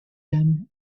them